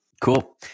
cool